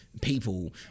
people